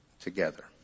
together